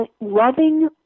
loving